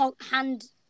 hand